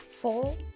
four